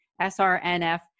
S-R-N-F